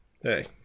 hey